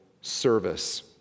service